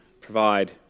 provide